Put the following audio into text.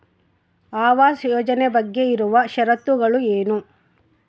ಆವಾಸ್ ಯೋಜನೆ ಬಗ್ಗೆ ಇರುವ ಶರತ್ತುಗಳು ಏನು?